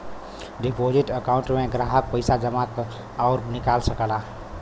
deposit account में ग्राहक पइसा जमा आउर निकाल सकला